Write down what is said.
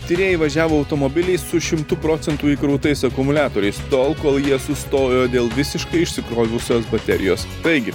tyrėjai važiavo automobiliais su šimtu procentų įkrautais akumuliatoriais tol kol jie sustojo dėl visiškai išsikrovusios baterijos taigi